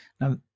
Now